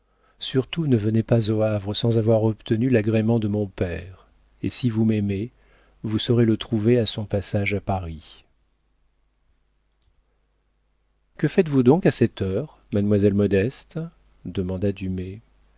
surtout ne venez pas au havre sans avoir obtenu l'agrément de mon père et si vous m'aimez vous saurez le trouver à son passage à paris que faites-vous donc à cette heure mademoiselle modeste demanda